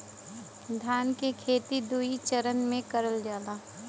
धान के खेती दुई चरन मे करल जाला